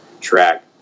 track